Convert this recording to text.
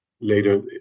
later